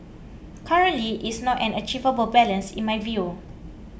currently is not an achievable balance in my view